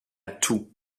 tout